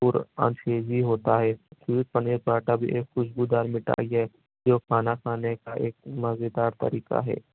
پر اور ہوتا ہے کھیر پنیر پراٹھا بھی ایک خوشبو دار مٹھائی جیسی جو کھانا کھانے کا ایک مزیدار طریقہ ہے